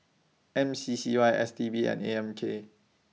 M C C Y S T B and A M K